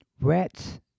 rats